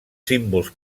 símbols